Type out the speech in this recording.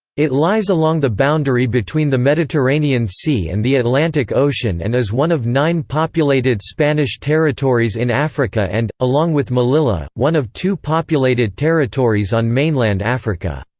it lies along the boundary between the mediterranean sea and the atlantic ocean and is one of nine populated spanish territories in africa and, along with melilla, one of two populated territories on mainland africa.